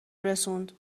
رسوند